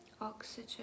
oxygen